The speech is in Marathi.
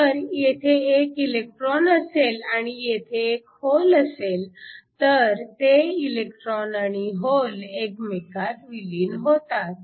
जर येथे एक इलेक्ट्रॉन असेल आणि येथे एक होल असेल तर ते इलेक्ट्रॉन आणि होल एकमेकांत विलीन होतात